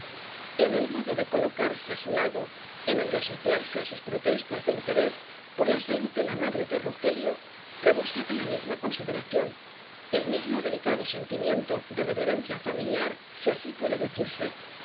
en el modo de colocarse á su lado en el de asociarse á sus protestas de interés por la salud de la madre de rogelio rebosaba la misma consideración el mismo delicado sentimiento de reverencia familiar si así puede decirse